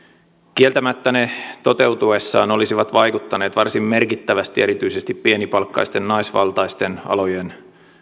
kieltämättä ne toteutuessaan olisivat vaikuttaneet varsin merkittävästi erityisesti pienipalkkaisten naisvaltaisten alojen